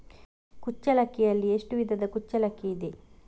ಕುಚ್ಚಲಕ್ಕಿಯಲ್ಲಿ ಎಷ್ಟು ವಿಧದ ಕುಚ್ಚಲಕ್ಕಿ ಇದೆ?